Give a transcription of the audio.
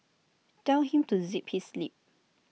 tell him to zip his lip